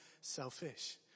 selfish